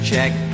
Check